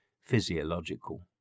physiological